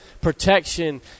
protection